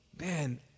man